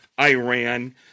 Iran